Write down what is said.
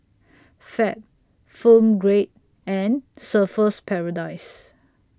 Fab Film Grade and Surfer's Paradise